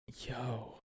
Yo